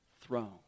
throne